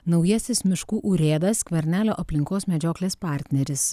naujasis miškų urėdas skvernelio aplinkos medžioklės partneris